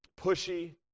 pushy